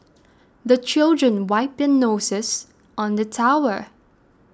the children wipe their noses on the towel